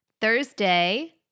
Thursday